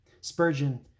Spurgeon